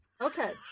okay